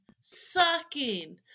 Sucking